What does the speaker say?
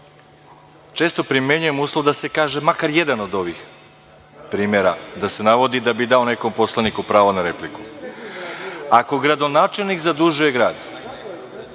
Često primenjujem uslov da se kaže makar jedan od ovih primera, da se navodi da bi dao nekom poslaniku pravo na repliku. Ako gradonačelnik zadužuje grad,